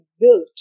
built